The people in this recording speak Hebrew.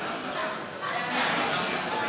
1 נתקבל.